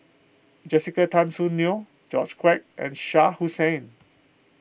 Jessica Tan Soon Neo George Quek and Shah Hussain